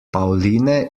pauline